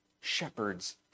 shepherds